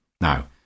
Now